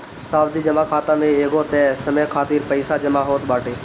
सावधि जमा खाता में एगो तय समय खातिर पईसा जमा होत बाटे